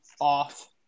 off